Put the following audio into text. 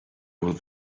will